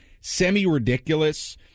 semi-ridiculous